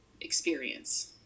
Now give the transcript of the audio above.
experience